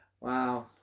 Wow